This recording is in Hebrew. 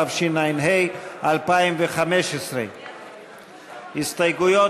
התשע"ה 2015. הסתייגויות,